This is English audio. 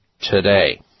today